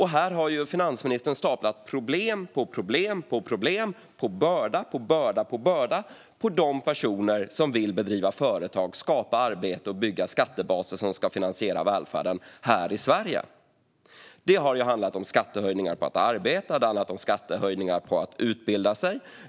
Här har finansministern staplat problem på problem och lagt börda på börda på de personer som vill driva företag, skapa arbete och bygga skattebaser som ska finansiera välfärden här i Sverige. Det har handlat om skattehöjningar på arbete och på att utbilda sig.